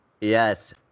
Yes